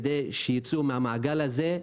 כדי שיצאו מהמעגל הזה,